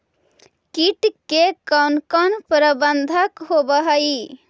किट के कोन कोन प्रबंधक होब हइ?